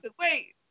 wait